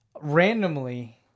randomly